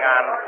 on